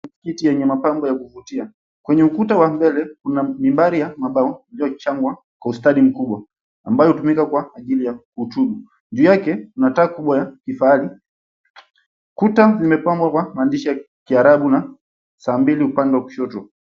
Kiti yenye mapambo ya kuvutia. Kwenye ukuta wa mbele kuna mimbari ya mabao iliyojengwa kwa ustadi mkubwa ambayo hutumika kwa ajili ya kutubu juu yake kuna taa kubwa ya kifahari. Kuta zimepangwa kwa maandishi ya kiarabu na saa mbili upande wa kushoto.